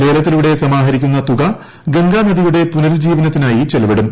ലേല്ത്തിലൂടെ സമാഹരിക്കുന്ന തുക ഗംഗാനദിയുടെ പുനരുജ്ജീവനത്തിന്റായിട്ടും